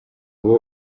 ubu